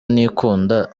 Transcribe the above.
ntikunda